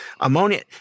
ammonia—